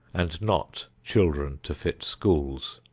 and not children to fit schools.